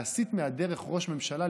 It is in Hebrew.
להסיט מהדרך ראש ממשלה,